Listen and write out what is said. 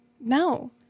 No